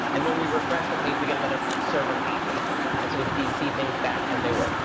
and when we refresh the page, we get another server copy. and so we see see things back as they were.